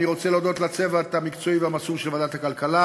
אני רוצה להודות לצוות המקצועי והמסור של ועדת הכלכלה,